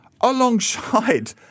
alongside